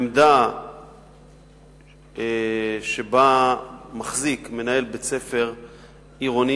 העמדה שבה מחזיק מנהל בית-ספר עירוני